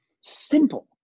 Simple